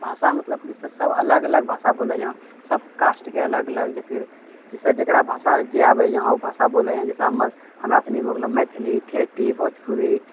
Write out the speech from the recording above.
भाषा मतलब सभ अलग अलग भाषा बोले छौँ सभ कास्टके अलग अलग या फिर जकरा भाषा जे अबैए ओ भाषा बोलेए जैसे हमर हमरा सनि भऽ गेलो मैथिली ठेठी भोजपुरी